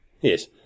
Yes